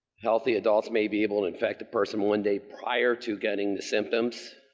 healthy adults may be able to infect the person one day prior to getting the symptoms.